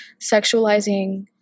sexualizing